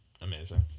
Amazing